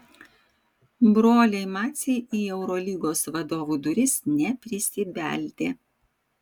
broliai maciai į eurolygos vadovų duris neprisibeldė